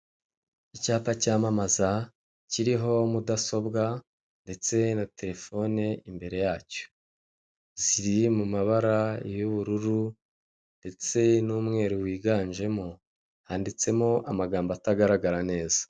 Icyapa cyamamaza kiriho mudasobwa ndetse na terefone imbere yacyo ckiri mu mabara y'ubururu ndetse n'umweru wiganjemo handitsemo amagambo atagaragara neza.